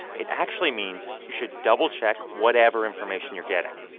it actually means you should double-check whatever information you're getting,